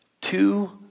two